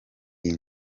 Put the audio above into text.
iyi